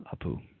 Apu